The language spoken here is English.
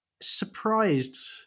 surprised